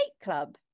Club